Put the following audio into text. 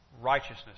righteousness